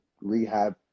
rehab